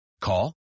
Call